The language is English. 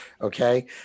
Okay